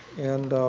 and